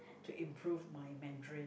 to improve my Mandarin